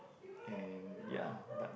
and yeah but